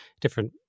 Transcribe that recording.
different